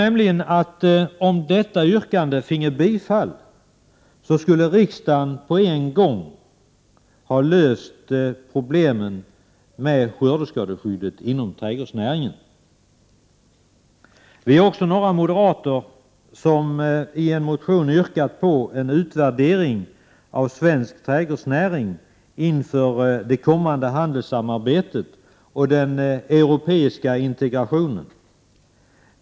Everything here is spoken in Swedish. Om detta yrkande finge bifall skulle riksdagen på en gång, tror vi, ha löst problemen med skördeskadeskyddet inom trädgårdsnäringen. Vi är också några moderater som i en motion yrkat på en utvärdering av svensk trädgårdsnäring inför det kommande handelssamarbetet och den europeiska integrationen.